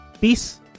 Peace